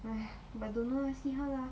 !aiya! but don't know lah see how lah